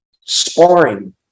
sparring